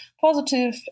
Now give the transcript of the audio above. positive